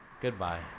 Goodbye